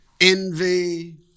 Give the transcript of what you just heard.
envy